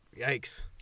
Yikes